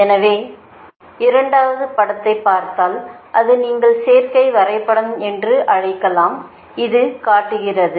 எனவே இரண்டாவது படத்தை பார்த்தால் அது நீங்கள் சேர்க்கை வரைபடம் என்று நீங்கள் அழைப்பதை இது காட்டுகிறது